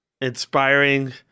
inspiring